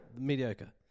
Mediocre